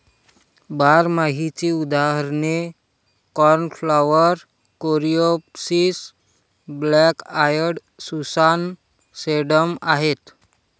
बारमाहीची उदाहरणे cornflower, coreopsis, black eyed Susan, sedum आहेत